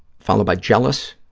followed by jealous,